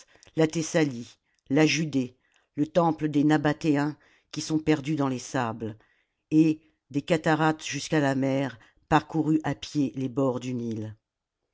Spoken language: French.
la thessalie la judée le temple des nabathéens qui sont perdus dans les sables et des cataractes jusqu'à la mer parcouru à pied les bords du nil